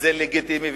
וזה לגיטימי,